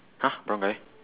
!huh! brown guy